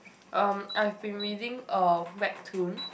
um I've been reading uh Webtoon